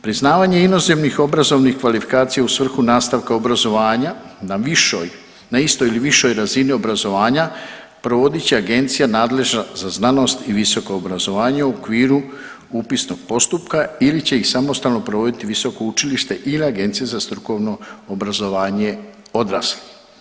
Priznavanje inozemnih obrazovnih kvalifikacija u svrhu nastavka obrazovanja na višoj, na istoj ili višoj razini obrazovanja provodit će Agencija nadležna za znanost i visoko obrazovanje u okviru upisnog postupka ili će ih samostalno provodi visoko učilište ili Agencija za strukovno obrazovanje odraslih.